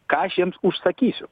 ką aš jiems užsakysiu